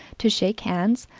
to shake hands,